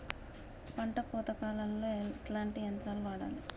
పంట కోత కాలాల్లో ఎట్లాంటి యంత్రాలు వాడాలే?